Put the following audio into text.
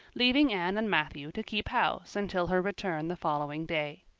leaving anne and matthew to keep house until her return the following day.